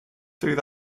through